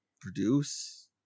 produce